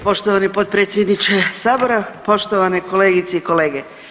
Poštovani potpredsjedniče sabora, poštovane kolegice i kolege.